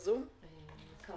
אוסאמה, בוא נדבר על זה אחר כך,